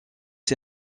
est